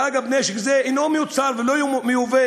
אגב, נשק זה אינו מיוצר ואינו מיובא